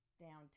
Downtown